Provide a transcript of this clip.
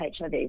HIV